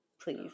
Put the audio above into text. Please